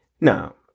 Now